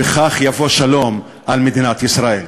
וכך יבוא שלום על מדינת ישראל.